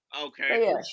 Okay